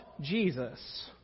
Jesus